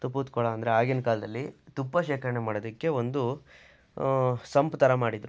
ತುಪ್ಪದ ಕೊಳ ಅಂದರೆ ಆಗಿನ ಕಾಲದಲ್ಲಿ ತುಪ್ಪ ಶೇಖರ್ಣೆ ಮಾಡೊದಕ್ಕೆ ಒಂದು ಸಂಪ್ ಥರ ಮಾಡಿದ್ರು